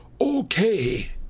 okay